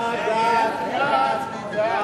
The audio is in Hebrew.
הצעת סיעת קדימה להביע